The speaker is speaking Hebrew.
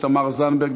תמר זנדברג,